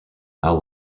how